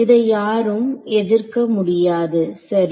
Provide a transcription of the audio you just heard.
இதை யாரும் எதிர்க்க முடியாது சரி